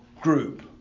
group